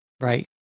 Right